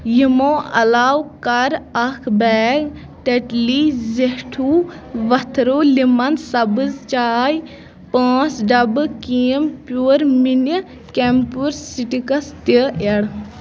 یِمو علاوٕ کَر اَکھ بیگ ٹیٚٹلی زیٹھو ؤتھرو لِمن سبٕز چاے پانٛژھ ڈبہٕ کیمپیٛور مِنی کیٚمپوٗر سٹِکس تہِ ایٚڈ